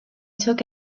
took